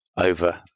over